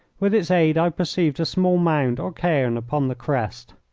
with its aid i perceived a small mound or cairn upon the crest.